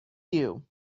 you